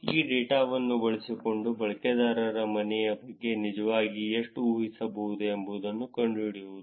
ಈ ಡೇಟಾವನ್ನು ಬಳಸಿಕೊಂಡು ಬಳಕೆದಾರರ ಮನೆಯ ಬಗ್ಗೆ ನಿಜವಾಗಿ ಎಷ್ಟು ಊಹಿಸಬಹುದು ಎಂಬುದನ್ನು ಕಂಡುಹಿಡಿಯುವುದು